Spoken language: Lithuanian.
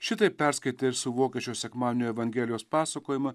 šitaip perskaitę ir suvokę šio sekmadienio evangelijos pasakojimą